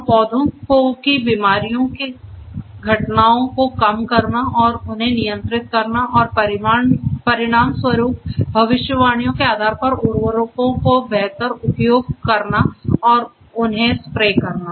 और पौधों की बीमारियों की घटनाओं को कम करना और उन्हें नियंत्रित करना और परिणामस्वरूप भविष्यवाणियों के आधार पर उर्वरकों का बेहतर उपयोग करना और उन्हें स्प्रे करना